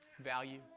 value